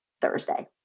Thursday